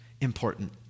important